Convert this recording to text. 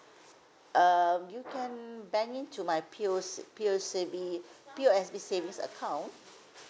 uh you can bank in to my P O P O S B P O S B savings account